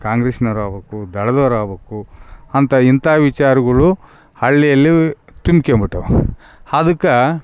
ಕಾಂಗ್ರೆಸ್ನೊರು ಆಗ್ಬೇಕು ದಳದೋರ್ ಆಗ್ಬೇಕು ಅಂತ ಇಂಥ ವಿಚಾರಗಳು ಹಳ್ಳಿಯಲ್ಲಿ ತುಂಬಿಕೊಬಿಟ್ಟವ್ ಅದಕ್ಕಾ